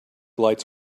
lights